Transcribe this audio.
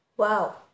Wow